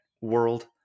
world